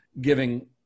giving